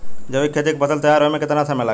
जैविक खेती के फसल तैयार होए मे केतना समय लागी?